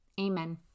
Amen